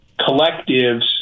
collectives